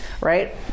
Right